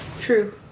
True